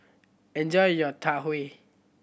enjoy your Tau Huay